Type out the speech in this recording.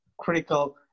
critical